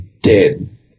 dead